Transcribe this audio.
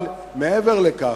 אבל מעבר לכך,